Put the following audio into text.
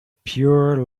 pure